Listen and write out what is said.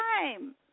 time